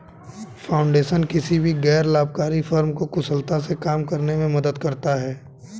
foundation किसी भी गैर लाभकारी फर्म को कुशलता से काम करने में मदद करता हैं